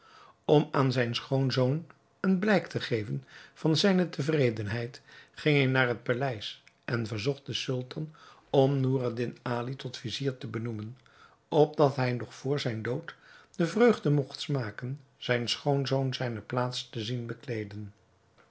om aan zijn schoonzoon een blijk te geven van zijne tevredenheid ging hij naar het paleis en verzocht den sultan om noureddin ali tot vizier te benoemen opdat hij nog vr zijn dood de vreugde mogt smaken zijn schoonzoon zijne plaats te zien bekleeden